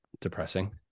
depressing